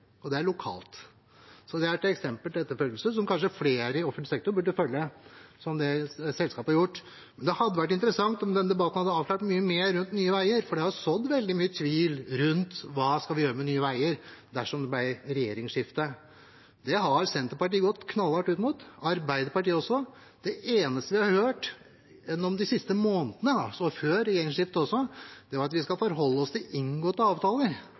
er lokalt. Det er et eksempel til etterfølgelse, som kanskje flere i offentlig sektor burde følge. Det hadde vært interessant om denne debatten hadde avklart mye mer rundt Nye veier, for det er sådd veldig mye tvil rundt hva man skulle gjøre med Nye veier dersom det ble regjeringsskifte. Det har Senterpartiet gått knallhardt ut mot, og også Arbeiderpartiet. Det eneste vi har hørt gjennom de siste månedene, også før regjeringsskiftet, var at man skulle forholde seg til inngåtte avtaler,